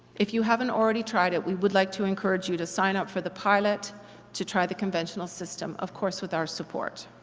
if you haven't already tried it we would like to encourage you to sign up for the pilot to try the conventional system of course with our support.